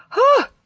huh!